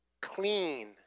clean